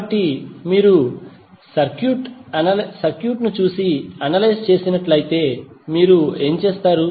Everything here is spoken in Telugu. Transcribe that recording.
కాబట్టి మీరు సర్క్యూట్ చూసి అనలైజ్ చేసినట్లయితే మీరు ఏమి చేస్తారు